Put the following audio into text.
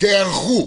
תיערכו.